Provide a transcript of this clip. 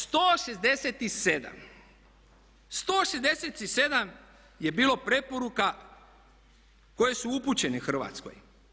167 je bilo preporuka koje su upućene Hrvatskoj.